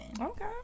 Okay